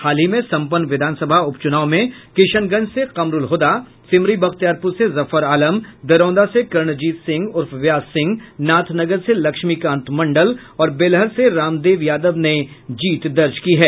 हाल ही में संपन्न विधानसभा उपचुनाव में किशनगंज से कमरुल होदा सिमरी बख्तियारपुर से जफर आलम दरौंदा से कर्णजीत सिंह उर्फ व्यास सिंह नाथनगर से लक्ष्मीकांत मंडल और बेलहर से रामदेव यादव ने जीत दर्ज की है